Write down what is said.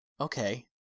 okay